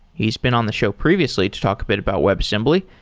he's been on the show previously to talk a bit about webassembly,